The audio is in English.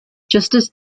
justice